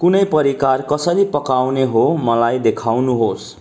कुनै परिकार कसरी पकाउने हो मलाई देखाउनुहोस्